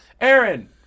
Aaron